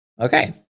Okay